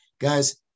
Guys